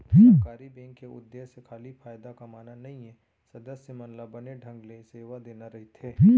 सहकारी बेंक के उद्देश्य खाली फायदा कमाना नइये, सदस्य मन ल बने ढंग ले सेवा देना रइथे